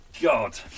god